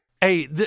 hey